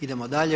Idemo dalje.